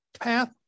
path